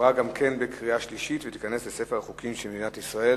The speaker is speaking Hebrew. עברה גם בקריאה שלישית ותיכנס לספר החוקים של מדינת ישראל.